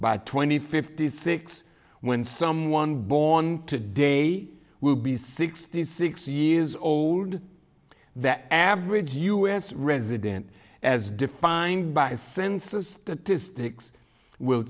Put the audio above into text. by twenty fifty six when someone born today will be sixty six years old that average us resident as defined